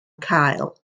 cael